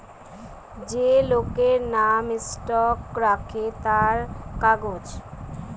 যে লোকের নাম স্টক রাখে তার কাগজ